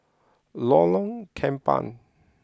Lorong Kembang